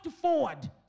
forward